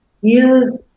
use